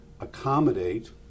accommodate